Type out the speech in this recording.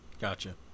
Gotcha